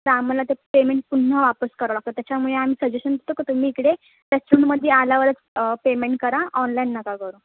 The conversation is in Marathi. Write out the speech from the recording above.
तर आम्हाला ते पेमेंट पुन्हा वापस करावं लागत त्याच्यामुळे आम्ही सजेशन करतो तुम्ही इकडे गेस्टरूममध्ये आल्यावरच पेमेंट करा ऑनलाईन नका करू